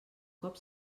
cop